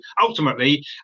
ultimately